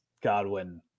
Godwin